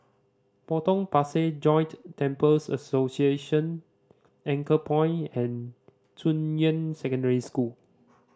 Potong Pasir Joint Temples Association Anchorpoint and Junyuan Secondary School